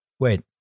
Wait